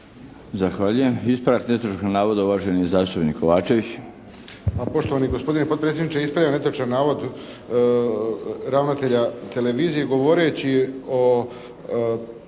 Zahvaljujem. Ispravak netočnog navoda, uvaženi zastupnik Arapović.